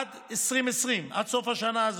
עד 2020, עד סוף השנה הזאת: